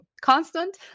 constant